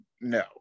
no